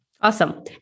Awesome